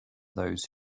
those